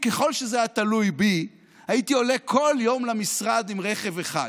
ככל שזה היה תלוי בי הייתי עולה כל יום למשרד עם רכב אחד.